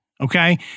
okay